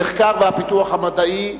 המחקר והפיתוח המדעי,